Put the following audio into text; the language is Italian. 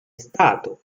stato